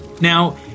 Now